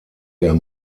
der